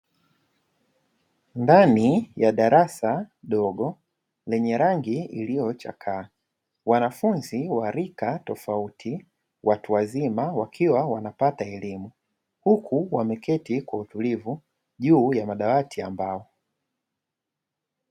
Ndani ya darasa dogo lenye rangi iliyochakaa wanafunzi wa rika tofauti (watu wazima) wakiwa wanapata elimu, huku wameketi kwa utulivu juu ya madawati ya mbao.